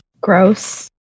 Gross